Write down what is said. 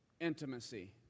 Intimacy